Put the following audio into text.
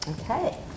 Okay